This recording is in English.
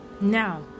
now